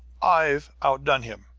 i've outdone him.